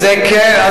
זה כן.